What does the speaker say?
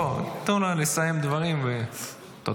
בואו, תנו לה לסיים את הדברים, תודה.